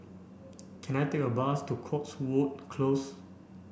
can I take a bus to Cotswold Close